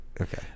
Okay